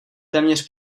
téměř